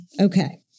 Okay